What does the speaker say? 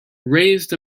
raised